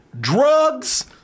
drugs